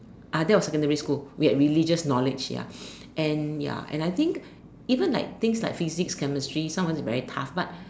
ah that was secondary school we had religious knowledge ya and ya I think even like things like physics chemistry some of it very tough but